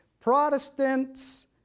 Protestants